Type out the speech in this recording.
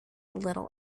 little